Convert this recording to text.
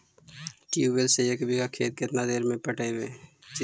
Tubewell से एक बिघा खेत केतना देर में पटैबए जितै?